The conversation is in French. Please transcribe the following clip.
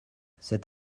cet